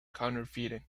counterfeiting